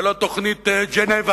ולא תוכנית ז'נבה,